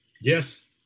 Yes